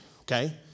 okay